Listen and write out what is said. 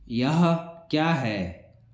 यह क्या है